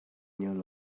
new